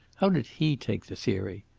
how did he take the theory?